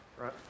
right